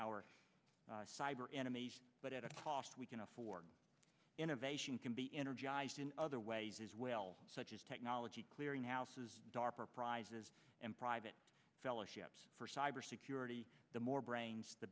our cyber enemies but at a cost we can afford an innovation can be energized in other ways as well such as technology clearing houses darpa prizes and private fellowships for cyber security the more brains the